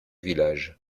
village